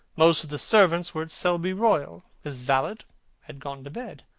most of the servants were at selby royal. his valet had gone to bed.